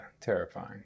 terrifying